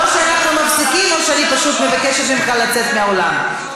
או שאנחנו מפסיקים או שאני פשוט מבקשת ממך לצאת לאולם.